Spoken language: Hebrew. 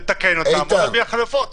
לתקן אותן --- חלופות?